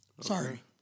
Sorry